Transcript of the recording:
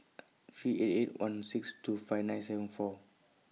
three eight eight one six two five nine seven four